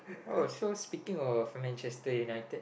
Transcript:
oh so speaking of Manchester-United